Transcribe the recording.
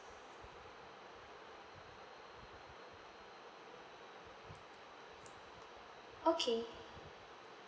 okay